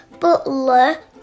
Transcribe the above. butler